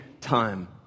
time